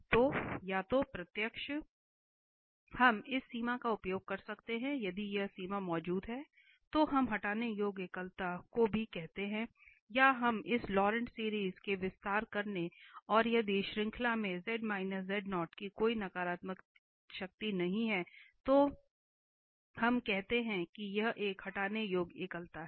तो या तो प्रत्यक्ष हम इस सीमा का उपयोग कर सकते हैं यदि यह सीमा मौजूद है तो हम हटाने योग्य एकलता को भी कहते हैं या हम इस लॉरेंट श्रृंखला में विस्तार करेंगे और यदि श्रृंखला में की कोई नकारात्मक शक्ति नहीं है तो हम कहते हैं कि यह एक हटाने योग्य एकलता है